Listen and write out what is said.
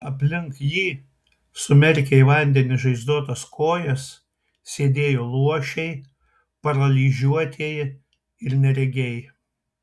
aplink jį sumerkę į vandenį žaizdotas kojas sėdėjo luošiai paralyžiuotieji ir neregiai